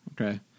Okay